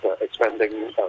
expanding